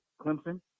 Clemson